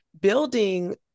building